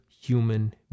human